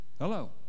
Hello